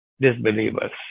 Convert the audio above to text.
disbelievers